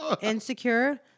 insecure